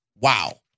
Wow